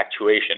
actuation